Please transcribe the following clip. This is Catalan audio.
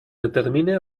determine